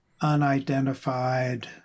unidentified